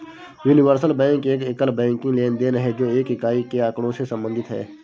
universal bank एक एकल banking लेनदेन है, जो एक इकाई के आँकड़ों से संबंधित है